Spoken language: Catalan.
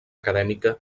acadèmica